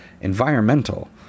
environmental